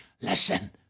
Listen